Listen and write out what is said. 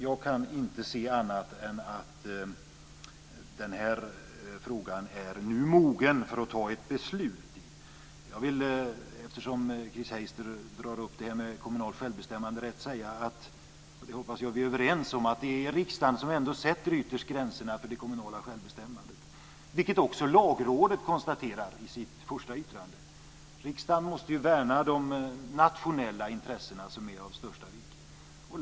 Jag kan inte se annat än att den här frågan nu är mogen för beslut. Chris Heister drar upp detta med kommunal självbestämmanderätt. Jag hoppas att vi är överens om att det ändå är riksdagen som ytterst sätter gränserna för det kommunala självbestämmandet, vilket också Lagrådet konstaterar i sitt första yttrande. Riksdagen måste värna de nationella intressena, som är av största vikt.